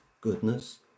goodness